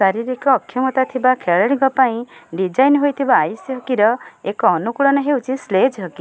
ଶାରୀରିକ ଅକ୍ଷମତା ଥିବା ଖେଳାଳିଙ୍କ ପାଇଁ ଡିଜାଇନ୍ ହେଇଥିବା ଆଇସ୍ ହକିର ଏକ ଅନୁକୂଳନ ହେଉଛି ସ୍ଲେଜ୍ ହକି